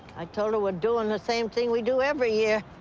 i told her we're doing the same thing we do every year.